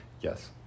Yes